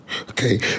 okay